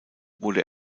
wurde